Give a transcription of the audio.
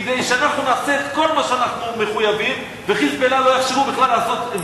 שאנחנו נעשה את כל מה שאנחנו מחויבים ו"חיזבאללה" לא יאפשרו בכלל לעשות,